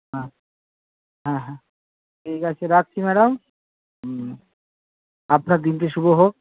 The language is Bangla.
হ্যাঁ হ্যাঁ হ্যাঁ ঠিক আছে রাখছি ম্যাডাম আপনার দিনটি শুভ হোক